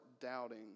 doubting